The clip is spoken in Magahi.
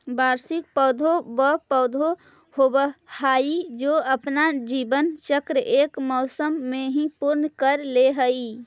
वार्षिक पौधे व पौधे होवअ हाई जो अपना जीवन चक्र एक मौसम में ही पूर्ण कर ले हई